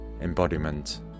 embodiment